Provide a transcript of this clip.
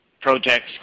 projects